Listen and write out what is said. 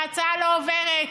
ההצעה לא עוברת.